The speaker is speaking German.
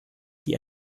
die